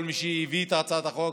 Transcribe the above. כל מי שהביא את הצעת החוק,